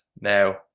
now